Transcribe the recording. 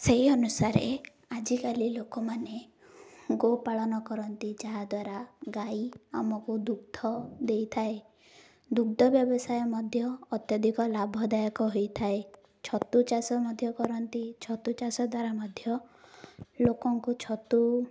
ସେହି ଅନୁସାରେ ଆଜିକାଲି ଲୋକମାନେ ଗୋପାଳନ କରନ୍ତି ଯାହାଦ୍ୱାରା ଗାଈ ଆମକୁ ଦୁଗ୍ଧ ଦେଇଥାଏ ଦୁଗ୍ଧ ବ୍ୟବସାୟ ମଧ୍ୟ ଅତ୍ୟଧିକ ଲାଭଦାୟକ ହୋଇଥାଏ ଛତୁ ଚାଷ ମଧ୍ୟ କରନ୍ତି ଛତୁ ଚାଷ ଦ୍ୱାରା ମଧ୍ୟ ଲୋକଙ୍କୁ ଛତୁ